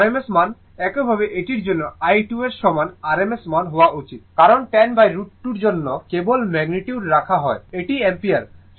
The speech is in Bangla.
এটি rms মান একইভাবে এটির জন্য i2 এর সমান rms মান হওয়া উচিত কারণ 10√ 2 জন্য কেবল ম্যাগনিটিউড রাখা হয় এটি অ্যাম্পিয়ার